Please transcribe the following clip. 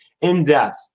in-depth